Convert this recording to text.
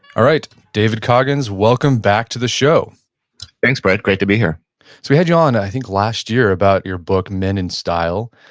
all right. david coggins, welcome back to the show thanks brett. great to be here we had you on, i think last year about your book, men and style,